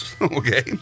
Okay